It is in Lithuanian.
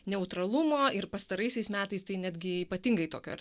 neutralumo ir pastaraisiais metais tai netgi ypatingai tokio ar